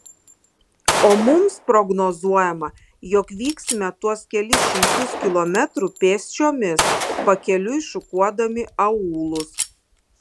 o mums prognozuojama jog vyksime tuos kelis šimtus kilometrų pėsčiomis pakeliui šukuodami aūlus